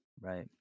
right